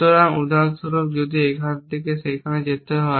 সুতরাং উদাহরণস্বরূপ যদি এখান থেকে সেখানে যেতে হয়